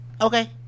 Okay